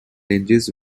ranges